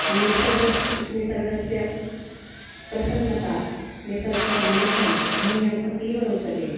निसर्गस्य निसर्गस्य प्रसन्नता निसर्गसान्निध्यं मह्यम् अतीव रोचते